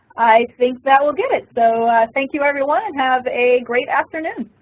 i think that will do it. so thank you, everyone. have a great afternoon.